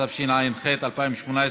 התשע"ח 2018,